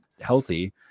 healthy